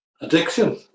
Addiction